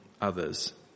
others